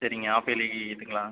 சரிங்க ஹாப்இயர்லி இதுங்களா